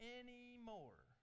anymore